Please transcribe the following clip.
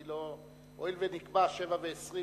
הואיל ונקבע 07:20